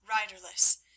riderless